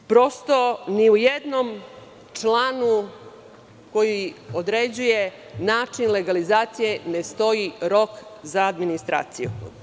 Prosto, ni u jednom članu koji određuje način legalizacije ne stoji rok za administraciju.